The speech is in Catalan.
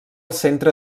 centre